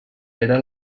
era